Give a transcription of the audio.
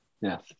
yes